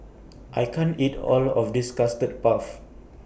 I can't eat All of This Custard Puff